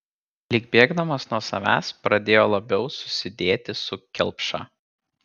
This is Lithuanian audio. lyg bėgdamas nuo savęs pradėjo labiau susidėti su kelpša